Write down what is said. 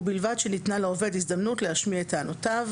ובלבד שניתנה לעובד הזדמנות להשמיע את טענותיו.